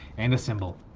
and a symbol.